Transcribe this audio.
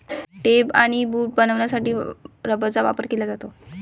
tape आणि boot बनवण्यासाठी रबराचा वापर केला जातो